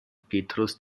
petrus